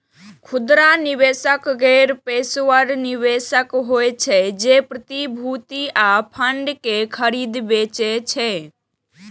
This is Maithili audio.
खुदरा निवेशक गैर पेशेवर निवेशक होइ छै, जे प्रतिभूति आ फंड कें खरीदै बेचै छै